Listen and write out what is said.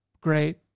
great